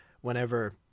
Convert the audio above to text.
whenever